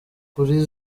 kuri